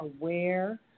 aware